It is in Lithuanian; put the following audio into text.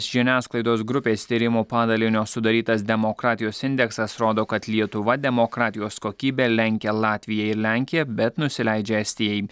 žiniasklaidos grupės tyrimų padalinio sudarytas demokratijos indeksas rodo kad lietuva demokratijos kokybe lenkia latviją ir lenkiją bet nusileidžia estijai